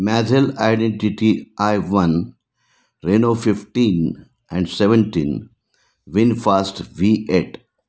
मॅझल identity I one Renault fifteen and seventeen VinFast V eight